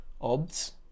odds